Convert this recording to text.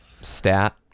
stat